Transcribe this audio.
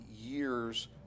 years